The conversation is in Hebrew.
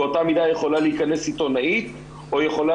באותה מידה יכולה להכנס עיתונאית או יכולה